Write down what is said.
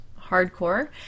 hardcore